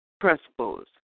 principles